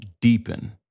deepen